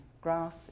grass